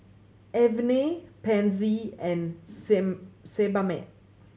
Avene Pansy and Sebamed